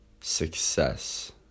success